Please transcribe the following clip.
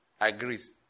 agrees